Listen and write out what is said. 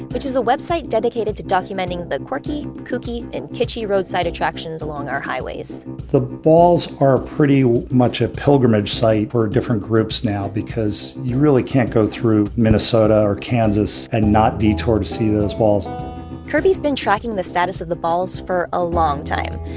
which is a website dedicated to documenting the quirky, kooky, and kitschy roadside attractions along our highways the balls are pretty much a pilgrimage site for different groups now, because you really can't go through minnesota or kansas and not detour to see those balls kirby's been tracking the status of the balls for a long time,